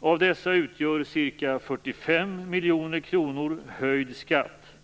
Av dessa utgör ca 45 miljoner kronor höjd skatt.